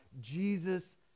Jesus